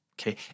okay